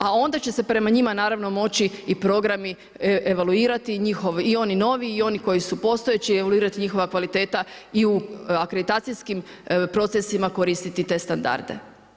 A onda će se prema njima naravno moći i programi evaluirati i njihov i oni novi i oni koji su postojeći evaluirati njihova kvaliteta i u akreditacijskim procesima koristiti te standarde.